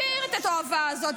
מכשיר את התועבה הזאת.